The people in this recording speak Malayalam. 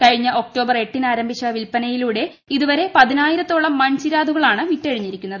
കഴിഞ്ഞ ഒക്ടോബർ എട്ടിന് ആരംഭിച്ച വിൽപ്പനയിലൂടെ ഇതുവരെ പതിനായത്തോളം മൺചിരാതുകളാണ് വിറ്റഴിഞ്ഞിരിക്കുന്നത്